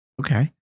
Okay